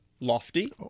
lofty